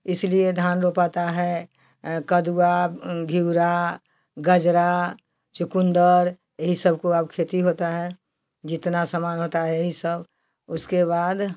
इसीलिए धान रोपाता है कदुआ घ्यूरा गजरा चुकंदर यही सब को अब खेती होता है जितना समान होता है यही सब उसके बाद